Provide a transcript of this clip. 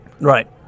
Right